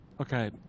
Okay